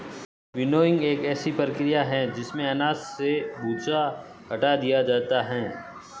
winnowing एक ऐसी प्रक्रिया है जिसमें अनाज से भूसा हटा दिया जाता है